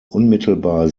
unmittelbar